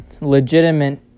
legitimate